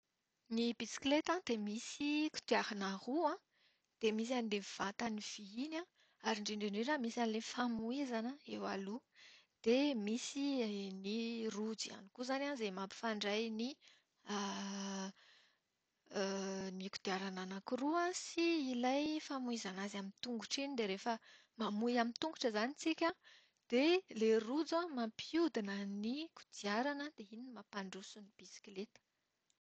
Ny bisikileta dia misy kodiarana roa, dia misy an'ilay vatany vy iny an, ary indrindra indrindra misy an'ilay famoizana eo aloha. Dia misy ny rojo ihany koa izany an izay mampifandray ny ny kodiarana anaky roa sy ilay famoizana azy amin'ny tongotra iny. Dia rehefa mamoy amin'ny tongotra izany tsika an, dia ilay rojo mampiodina ny kodiarana dia iny no mampandroso ny bisikileta.